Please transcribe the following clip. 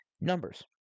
numbers